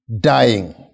dying